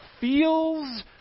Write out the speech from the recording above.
feels